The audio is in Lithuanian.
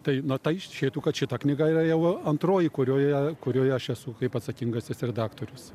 tai na tai išeitų kad šita knyga yra jau antroji kurioje kurioje aš esu kaip atsakingasis redaktorius